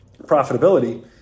profitability